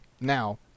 Now